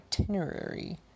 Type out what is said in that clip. itinerary